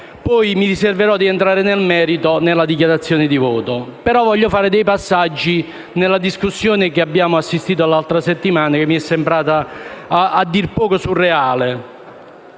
Mi riserverò poi di entrare nel merito nella dichiarazione di voto, ma voglio fare alcune riflessioni sulla discussione cui abbiamo assistito la scorsa settimana, che mi è sembrata a dir poco surreale.